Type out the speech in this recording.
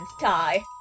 tie